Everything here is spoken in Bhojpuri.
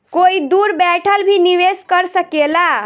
कोई दूर बैठल भी निवेश कर सकेला